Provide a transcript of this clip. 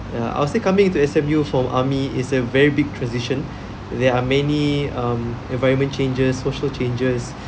and I will say coming to S_M_U from army is a very big transition there are many um environment changes social changes